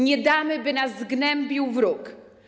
Nie damy, by nas zgnębił wróg!